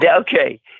Okay